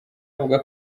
bavuga